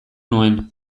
nuen